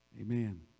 Amen